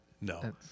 No